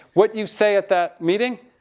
what you say at that meeting?